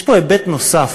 יש פה היבט נוסף,